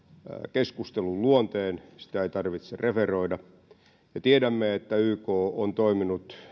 keskustelun luonteen sitä ei tarvitse referoida tiedämme että yk on toiminut